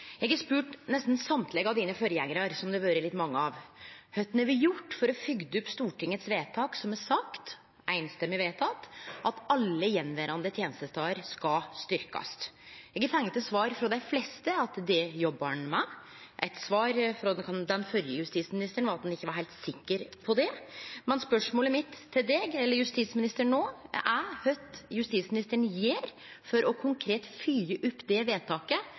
Eg har spurt nesten alle forgjengarane til justisministeren, som det har vore litt mange av, kva dei har gjort for å fylgje opp stortingsvedtaket – samrøystes vedteke – som seier at alle gjenverande tenestestader skal styrkjast. Eg har fått til svar frå dei fleste at det jobbar ein med. Eitt svar, frå den førre justisministeren, var at han ikkje var heilt sikker på det. Spørsmålet mitt til justisministeren no er kva justisministeren gjer for konkret å fylgje opp det samrøystes vedtaket